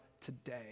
today